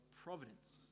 providence